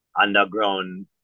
underground